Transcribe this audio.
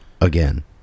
Again